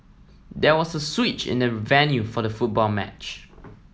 there was a switch in the venue for the football match